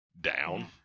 down